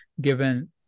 Given